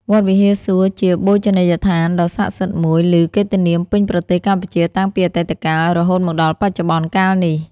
វត្តវិហារសួរ ជាបូជនីយដ្ឋានដ៏សក្តិសិទ្ធិមួយ ឮកិត្តិនាមពេញប្រទេសកម្ពុជាតាំងពីអតីតកាល រហូតមកដល់បច្ចុប្បន្ន កាលនេះ។